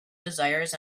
desires